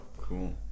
cool